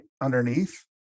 Underneath